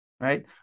Right